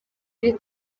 iri